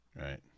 right